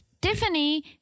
Tiffany